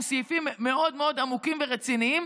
עם סעיפים מאוד עמוקים ורציניים,